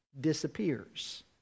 disappears